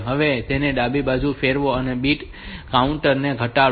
હવે તેને ડાબી બાજુ ફેરવો અને બીટ કાઉન્ટર ને ઘટાડો